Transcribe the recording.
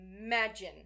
imagine